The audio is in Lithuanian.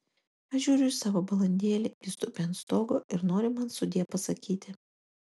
aš žiūriu į savo balandėlį jis tupi ant stogo ir nori man sudie pasakyti